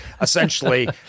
essentially